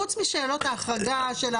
חוץ משאלות ההחרגה.